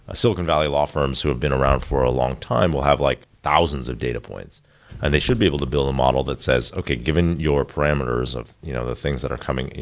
ah silicon valley law firms who have been around for a long time will have like thousands of data points and they should be able to build a model that says, okay. given your parameters of you know the things that are coming,